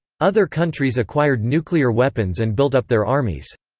other countries acquired nuclear weapons and built up their armies.